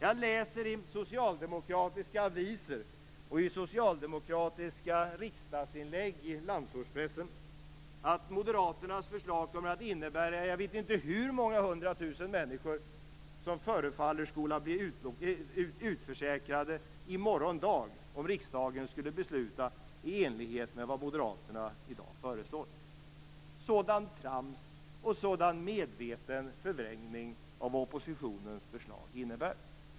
Jag läser i socialdemokratiska avisor och i socialdemokratiska riksdagsinlägg i landsortspressen att moderaternas förslag kommer att innebära att jag vet inte hur många hundratusen människor förefaller skola bli utförsäkrade i morgon dag om riksdagen skulle besluta i enlighet med vad moderaterna i dag föreslår. Sådant trams och sådan medveten förvrängning av oppositionens förslag!